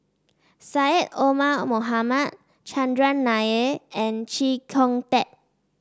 Syed Omar Mohamed Chandran Nair and Chee Kong Tet